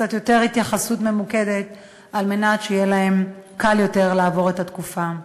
קצת יותר התייחסות ממוקדת על מנת שיהיה להם קל יותר לעבור את התקופה.